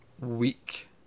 week